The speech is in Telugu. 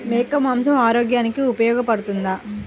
మేక మాంసం ఆరోగ్యానికి ఉపయోగపడుతుందా?